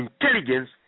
intelligence